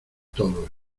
todos